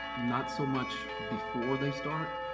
not so much before they start,